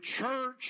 church